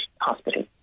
hospital